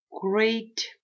great